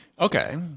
okay